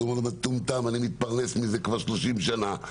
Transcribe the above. אני מתפרנס מזה כבר שלושים שנה.